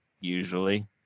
usually